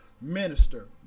Minister